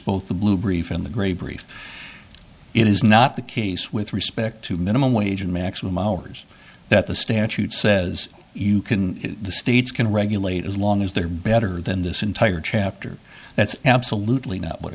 both the blue brief and the gray brief it is not the case with respect to minimum wage and maximum hours that the statute says you can the states can regulate as long as they're better than this entire chapter that's absolutely not what